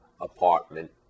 apartment